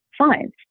science